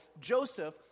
Joseph